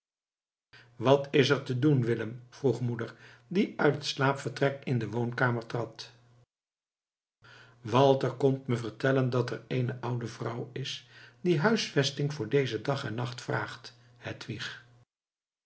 wat is er te doen willem vroeg moeder die uit het slaapvertrek in de woonkamer trad walter komt me vertellen dat er eene oude vrouw is die huisvesting voor dezen dag en nacht vraagt hedwig